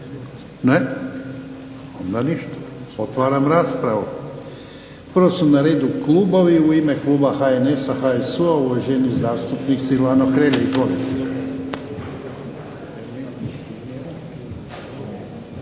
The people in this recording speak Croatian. Ne. Onda ništa. Otvaram raspravu. Prvo su na redu klubovi. U ime kluba HNS-a, HSU-a, uvaženi zastupnik Silvano Hrelja. Izvolite.